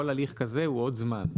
כל הליך כזה הוא עוד זמן.